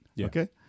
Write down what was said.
Okay